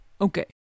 Okay